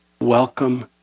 welcome